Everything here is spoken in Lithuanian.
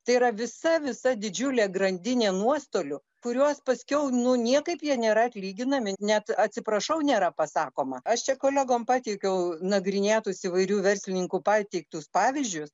tai yra visa visa didžiulė grandinė nuostolių kuriuos paskiau nu niekaip jie nėra atlyginami net atsiprašau nėra pasakoma aš čia kolegom pateikiau nagrinėtus įvairių verslininkų pateiktus pavyzdžius